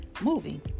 movie